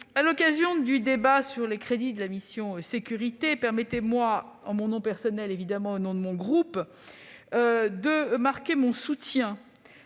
à l'occasion du débat sur les crédits de la mission « Sécurités », permettez-moi, tant en mon nom personnel qu'au nom de mon groupe, de marquer mon soutien